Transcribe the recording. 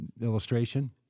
illustration